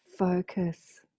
focus